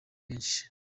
benshi